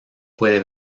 puede